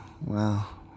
wow